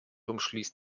umschließt